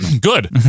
Good